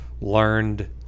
learned